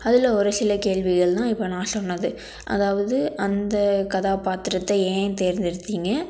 அதில் ஒரு சில கேள்விகள்னால் இப்போ நான் சொன்னது அதாவது அந்த கதாபாத்திரத்தை ஏன் தேர்ந்தெடுத்தீங்க